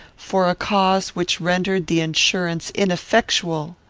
for a cause which rendered the insurance ineffectual.